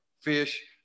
fish